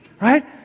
Right